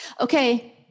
Okay